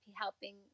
helping